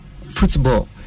football